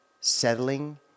settling